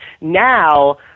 Now